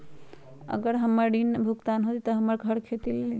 अगर हमर ऋण न भुगतान हुई त हमर घर खेती लेली?